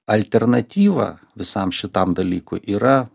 alternatyva visam šitam dalykui yra